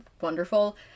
wonderful